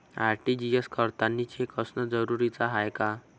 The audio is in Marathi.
आर.टी.जी.एस करतांनी चेक असनं जरुरीच हाय का?